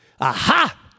Aha